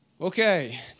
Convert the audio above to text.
Okay